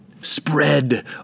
spread